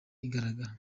igaragara